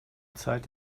zeit